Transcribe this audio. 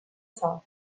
sòl